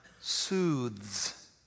soothes